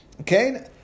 Okay